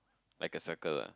like a circle lah